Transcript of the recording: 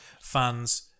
fans